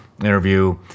interview